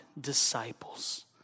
disciples